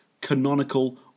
canonical